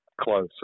close